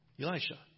Elisha